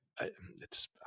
it's-